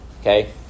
okay